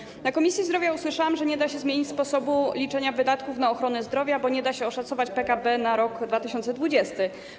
Na posiedzeniu Komisji Zdrowia usłyszałam, że nie da się zmienić sposobu liczenia wydatków na ochronę zdrowia, bo nie da się oszacować PKB na rok 2020.